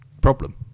problem